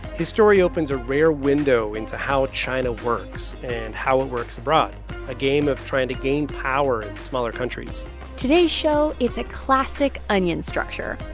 his story opens a rare window into how china works and how it works abroad a game of trying to gain power in smaller countries today's show, it's a classic onion structure.